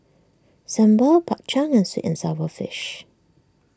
Sambal Bak Chang and Sweet and Sour Fish